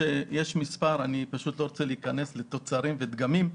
לא רוצה להיכנס לתוצרים ודגמים.